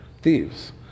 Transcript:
thieves